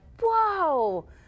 whoa